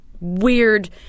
weird